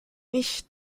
ich